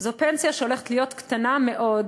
היא פנסיה שהולכת להיות קטנה מאוד.